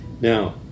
Now